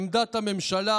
עמדת הממשלה,